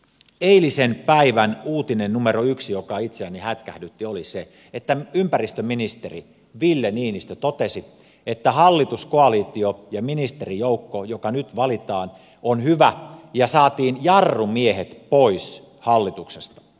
eilisen päivän uutinen numero yksi joka itseäni hätkähdytti oli se että ympäristöministeri ville niinistö totesi että hallituskoalitio ja ministerijoukko joka nyt valitaan on hyvä ja saatiin jarrumiehet pois hallituksesta